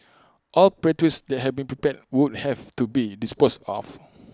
all pastries that have been prepared would have to be disposed of